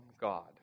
God